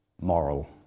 moral